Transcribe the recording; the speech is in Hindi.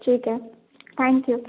ठीक है थैंक यू